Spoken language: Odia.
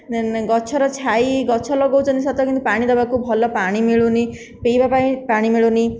ଦେନ୍ ଗଛର ଛାଇ ଗଛ ଲଗାଉଛନ୍ତି ସତ କିନ୍ତୁ ପାଣି ଦେବାକୁ ଭଲ ପାଣି ମିଳୁନି ପିଇବାପାଇଁ ପାଣି ମିଳୁନି